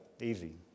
easy